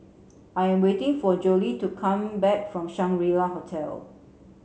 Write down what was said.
I am waiting for Jolie to come back from Shangri La Hotel